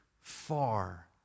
far